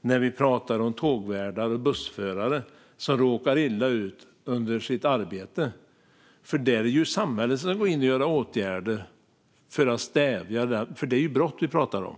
med tågvärdar och bussförare som råkar illa ut under sitt arbete. Det är samhället som ska gå in med åtgärder för att stävja detta, för det är ju brott vi pratar om.